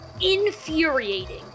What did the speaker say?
infuriating